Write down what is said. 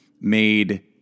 made